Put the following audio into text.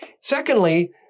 Secondly